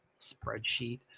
spreadsheet